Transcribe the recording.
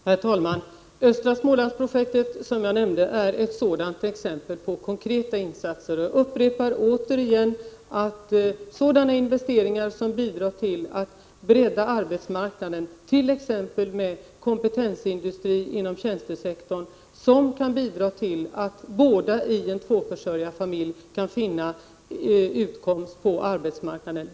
Herr talman! Östra Smålands-projektet som jag nämnde är ett sådant exempel på konkreta insatser. Jag upprepar att sådana investeringar som bidrar till att bredda arbetsmarknaden, t.ex. med kompetensindustri inom tjänstesektorn, kan bidra till att båda parter i en tvåförsörjarfamilj kan finna utkomst på arbetsmarknaden.